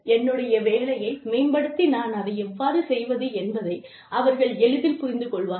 என்னுடைய வேலையை மேம்படுத்தி நான் அதை எவ்வாறு செய்வது என்பதை அவர்கள் எளிதில் புரிந்து கொள்வார்கள்